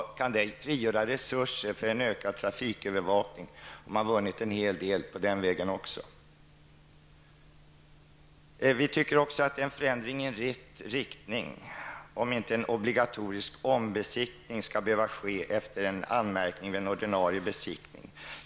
Kan det frigöra resurser för en ökad trafikövervakning så har man vunnit en hel del på den vägen också. Vi tycker också att det är en förändring i rätt riktning om obligatorisk ombesiktning inte behöver ske efter en anmärkning vid den ordinarie besiktningen.